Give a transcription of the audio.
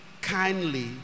kindly